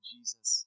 Jesus